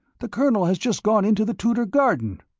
the colonel has just gone into the tudor garden!